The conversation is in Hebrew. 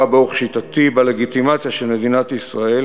באורח שיטתי בלגיטימציה של מדינת ישראל